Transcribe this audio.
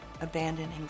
abandoning